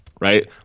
right